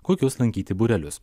kokius lankyti būrelius